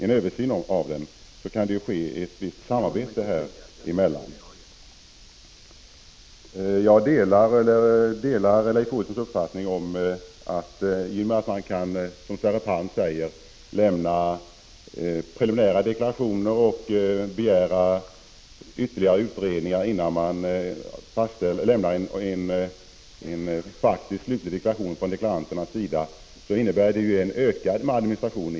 Ett visst samarbete skulle kunna bedrivas i dessa sammanhang. Jag delar Leif Olssons uppfattning att om deklaranten — som Sverre Palm säger — kan lämna preliminär deklaration och begära ytterligare utredning innan han lämnar en slutlig deklaration, så innebär det ökat arbete inom tulladministrationen.